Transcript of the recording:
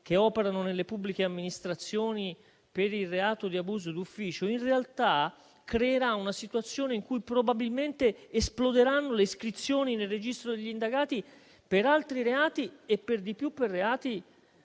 che operano nelle pubbliche amministrazioni per il reato di abuso d'ufficio, in realtà creerà una situazione in cui probabilmente esploderanno le iscrizioni nel registro degli indagati per altri reati e per di più per reati